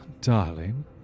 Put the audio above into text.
darling